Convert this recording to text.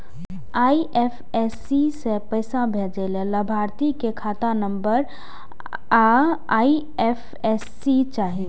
IFSC सं पैसा भेजै लेल लाभार्थी के खाता नंबर आ आई.एफ.एस.सी चाही